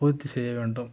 பூர்த்தி செய்ய வேண்டும்